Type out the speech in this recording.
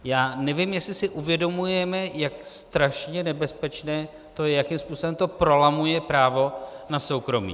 Já nevím, jestli si uvědomujeme, jak strašně nebezpečné to je, jakým způsobem to prolamuje právo na soukromí.